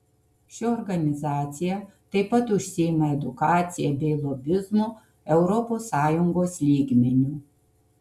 ši organizacija taip pat užsiima edukacija bei lobizmu europos sąjungos lygmeniu